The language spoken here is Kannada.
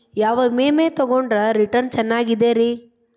ಯಾವ ವಿಮೆ ತೊಗೊಂಡ್ರ ರಿಟರ್ನ್ ಚೆನ್ನಾಗಿದೆರಿ?